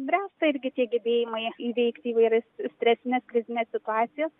bręsta irgi tie gebėjimai įveikti įvairias stresines krizines situacijas